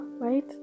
right